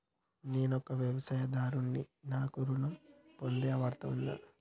నేను ఒక వ్యవసాయదారుడిని నాకు ఋణం పొందే అర్హత ఉందా?